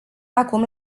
acum